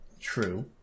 True